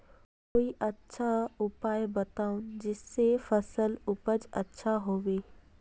कोई अच्छा उपाय बताऊं जिससे फसल उपज अच्छा होबे